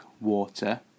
water